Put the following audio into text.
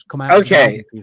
Okay